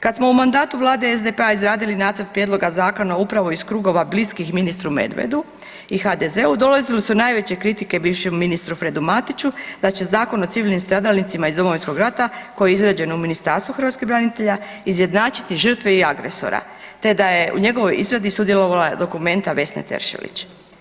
Kad smo u mandatu vlade SDP-a izradili nacrt prijedloga zakona upravo iz krugova bliskih ministru Medvedu i HDZ-u dolazili su najveće kritike bivšem ministru Fredu Matiću da će Zakon o civilnim stradalnicima iz Domovinskog rata koji je izrađen u Ministarstvu hrvatskih branitelja izjednačiti žrtve i agresora te da je u njegovoj izradi sudjelovala Documenta Vesne Teršelić.